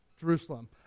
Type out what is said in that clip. Jerusalem